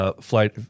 Flight